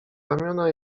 ramiona